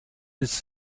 his